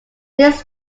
mrs